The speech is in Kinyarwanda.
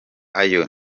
ayo